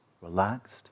relaxed